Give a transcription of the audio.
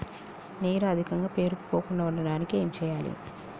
నీరు అధికంగా పేరుకుపోకుండా ఉండటానికి ఏం చేయాలి?